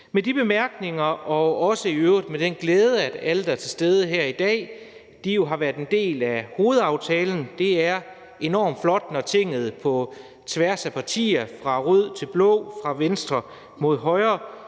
Med de bemærkninger – og i øvrigt også med den glæde, at alle, der er til stede her i dag, jo har været en del af hovedaftalen; det er enormt flot, når Tinget på tværs af partier fra rød til blå, fra venstre mod højre